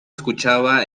escuchaba